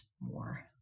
more